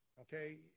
Okay